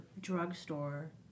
drugstore